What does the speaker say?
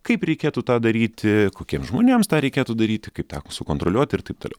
kaip reikėtų tą daryti kokiems žmonėms tą reikėtų daryti kaip tą sukontroliuoti ir taip toliau